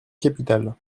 capitale